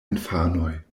infanoj